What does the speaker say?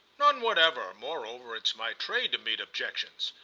none whatever moreover it's my trade to meet objections.